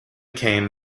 came